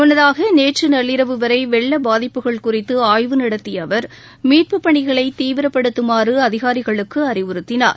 முன்னதாக நேற்று நள்ளிரவு வரை வெள்ள பாதிப்புகள் குறித்து ஆய்வு நடத்திய அவா் மீட்பு பணிகளை தீவிரப்படுத்துமாறு அதிகாரிகளுக்கு அறிவுறுத்தினார்